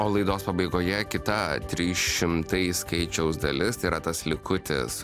o laidos pabaigoje kita trys šimtai skaičiaus dalis tai yra tas likutis